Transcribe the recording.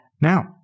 Now